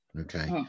okay